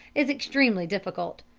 is extremely difficult.